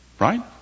right